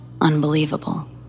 unbelievable